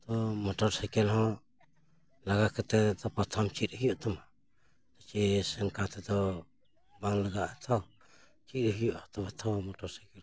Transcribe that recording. motor cycle ᱦᱚᱸ ᱞᱟᱜᱟ ᱠᱟᱛᱮ ᱯᱨᱚᱛᱷᱟᱢ ᱪᱮᱫ ᱦᱩᱭᱩᱛᱟᱢᱟ ᱥᱮ ᱚᱱᱟᱠᱟ ᱛᱮᱫ ᱵᱟᱝ ᱞᱟᱜᱟᱜᱼᱟ ᱟᱛᱚ ᱪᱮᱫ ᱦᱩᱭᱩᱜᱼᱟ ᱛᱚᱵᱮ ᱛᱚ ᱢᱚᱴᱚᱨ ᱥᱟᱭᱠᱮᱞ